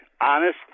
honest